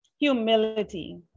Humility